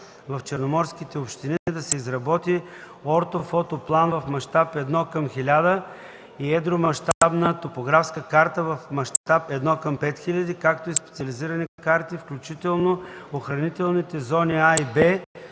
в черноморските общини, да се изработи ортофотоплан в мащаб 1:1000 и едромащабна топографска карта в мащаб 1:5000, както и специализирани карти, включително Охранителните зони „А” и „Б”,